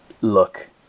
look